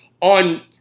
on